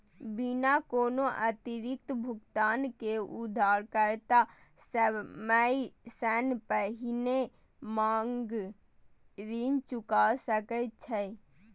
बिना कोनो अतिरिक्त भुगतान के उधारकर्ता समय सं पहिने मांग ऋण चुका सकै छै